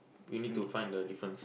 we need to find the difference